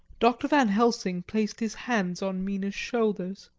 dr. van helsing placed his hands on mina's shoulders,